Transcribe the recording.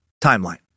timeline